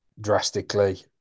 drastically